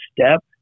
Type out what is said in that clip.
step